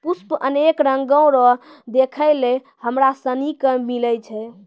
पुष्प अनेक रंगो रो देखै लै हमरा सनी के मिलै छै